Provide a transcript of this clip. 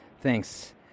thanks